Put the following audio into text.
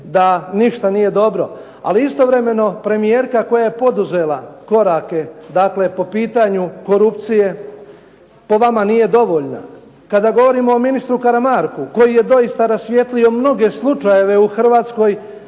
da ništa nije dobro. Ali istovremeno premijerka koja je poduzela korake, dakle po pitanju korupcije po vama nije dovoljna. Kada govorimo o ministru Karamarku koji je doista rasvijetlio mnoge slučajeve u Hrvatskoj,